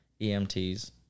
EMTs